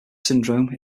syndrome